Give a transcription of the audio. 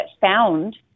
found